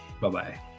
Bye-bye